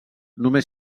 només